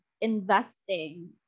investing